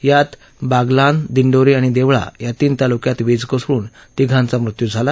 यात बागलाण दिंडोरी आणि देवळा या तीन तालुक्यांत वीज कोसळून तिघांचा मृत्यू झाला